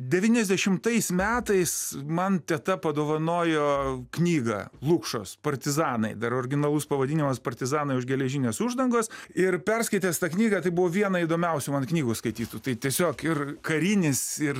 devyniasdešimtais metais man teta padovanojo knygą lukšos partizanai dar originalus pavadinimas partizanai už geležinės uždangos ir perskaitęs tą knygą tai buvo viena įdomiausių mano knygų skaitytų tai tiesiog ir karinis ir